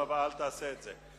בפעם הבאה אל תעשה את זה.